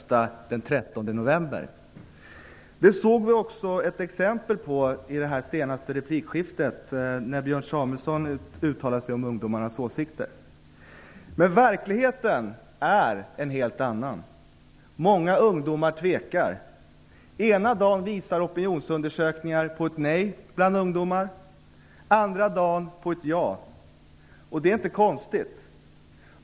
Herr talman! Under de senaste veckorna har vi haft flera EU-debatter här i riksdagen. Vid de tillfällena har inte minst ungdomarnas åsikter kommit i fokus. Det lustiga, som slår en, är att flera debattörer helt tvärsäkert vet hur ungdomarna kommer att rösta den 13 november. Det såg vi också ett exempel på i det senaste replikskiftet, när Björn Samuelson uttalade sig om ungdomarnas åsikter. Men verkligheten är en helt annan. Många ungdomar tvekar. Ena dagen visar opinionsundersökningar på ett nej bland ungdomar, andra dagen på ett ja. Det är inte konstigt.